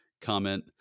comment